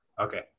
Okay